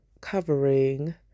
covering